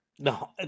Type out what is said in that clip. No